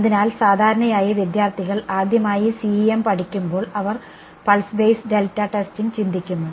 അതിനാൽ സാധാരണയായി വിദ്യാർത്ഥികൾ ആദ്യമായി CEM പഠിക്കുമ്പോൾ അവർ പൾസ് ബേസ് ഡെൽറ്റ ടെസ്റ്റിംഗ് ചിന്തിക്കുന്നു